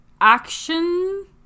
action